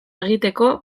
egiteko